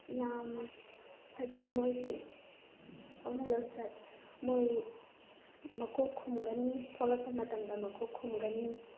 ꯌꯥꯝ ꯐꯖꯩ ꯃꯣꯏꯒꯤ ꯍꯧꯅ ꯂꯣꯟꯆꯠ ꯃꯣꯏ ꯃꯀꯣꯛ ꯈꯨꯝꯒꯅꯤ ꯊꯣꯂꯛꯄ ꯃꯇꯝ ꯃꯀꯣꯛ ꯈꯨꯝꯒꯅꯤ